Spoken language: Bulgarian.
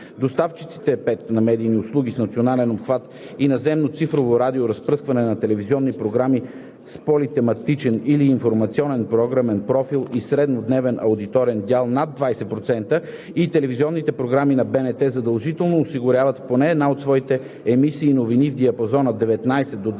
Доставчиците на медийни услуги с национален обхват и наземно цифрово радиоразпръскване на телевизионни програми с политематичен или информационен програмен профил и средно дневен аудиторен дял над 20% и телевизионните програми на БНТ, задължително осигуряват в поне една от своите емисии новини в диапазона 19,00